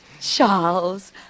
Charles